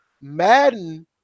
Madden